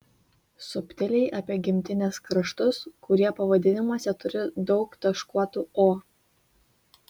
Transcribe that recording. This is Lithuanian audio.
subtiliai apie gimtines ir kraštus kurie pavadinimuose turi daug taškuotų o